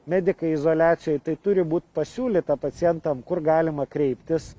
medikai izoliacijoj tai turi būt pasiūlyta pacientam kur galima kreiptis